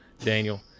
Daniel